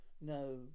No